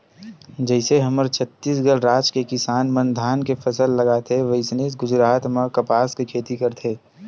जइसे हमर छत्तीसगढ़ राज के किसान मन धान के फसल लगाथे वइसने गुजरात म कपसा के खेती करथे